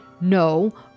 No